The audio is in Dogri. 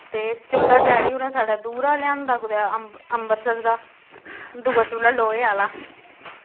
ते चुल्हा डैडी होरैं साढ़ै दूरा लेआंदा कुतेआ अम्ब अम्बरसर दा दूआ चुल्हा लोहे आह्ला